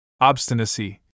obstinacy